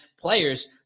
players